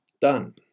done